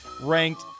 ranked